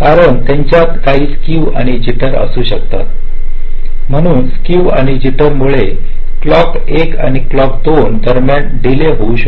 कारण त्यांच्यात काही स्केव आणि जिटर असू शकतात म्हणून स्केव आणि जिटर मुळे क्लॉक् एक आणि क्लॉक् दोन दरम्यान डीले होऊ शकतो